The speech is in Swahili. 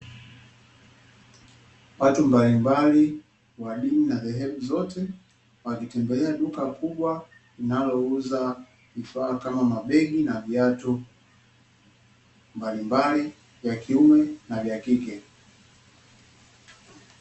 Watu mbalimbali wa dini na dhehebu zote wakitembelea duka kubwa linalouza vifaa kama mabegi na viatu mbalimbali vya kiume na vya kike.